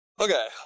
Okay